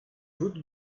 bout